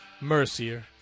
Mercier